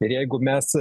ir jeigu mes